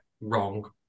Wrong